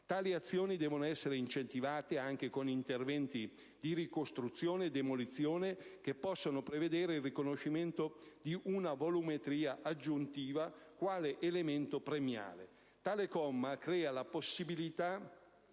Tali azioni devono essere incentivate anche con interventi di ricostruzione e demolizione, che possono prevedere il riconoscimento di una volumetria aggiuntiva quale elemento premiale. Tale comma crea la possibilità